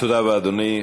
תודה רבה, אדוני.